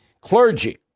Clergy